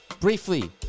briefly